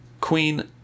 Queen